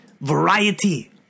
variety